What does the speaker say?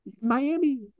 Miami